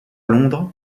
londres